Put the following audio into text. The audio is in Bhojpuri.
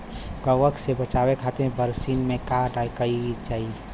कवक से बचावे खातिन बरसीन मे का करल जाई?